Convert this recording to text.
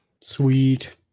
Sweet